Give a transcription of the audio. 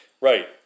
Right